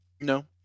No